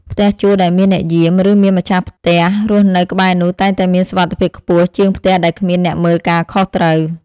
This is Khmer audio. ផ្ទះជួលដែលមានអ្នកយាម ឬមានម្ចាស់ផ្ទះរស់នៅក្បែរនោះតែងតែមានសុវត្ថិភាពខ្ពស់ជាងផ្ទះដែលគ្មានអ្នកមើលការខុសត្រូវ។